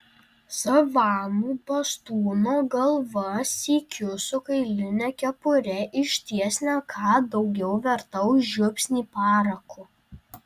savanų bastūno galva sykiu su kailine kepure išties ne ką daugiau verta už žiupsnį parako